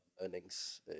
earnings